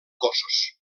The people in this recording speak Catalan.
cossos